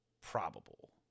probable